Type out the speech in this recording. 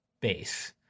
base